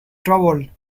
troubled